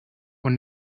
when